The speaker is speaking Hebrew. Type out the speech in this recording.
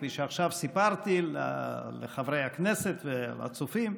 כפי שעכשיו סיפרתי לחברי הכנסת ולצופים,